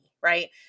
right